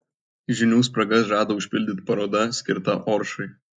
žinių spragas žada užpildyti paroda skirta oršai